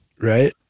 Right